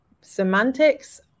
semantics